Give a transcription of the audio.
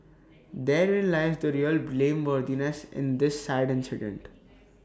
therein lies the real blameworthiness in this sad incident